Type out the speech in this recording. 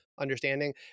understanding